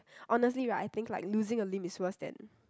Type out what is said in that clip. honestly right I think like losing a limb is worse than